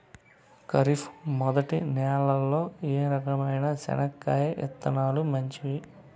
ఖరీఫ్ మొదటి నెల లో ఏ రకమైన చెనక్కాయ విత్తనాలు మంచివి